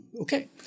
Okay